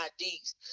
IDs